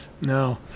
No